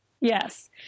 Yes